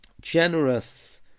generous